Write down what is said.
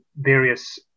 various